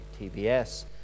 TBS